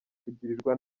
kugirirwa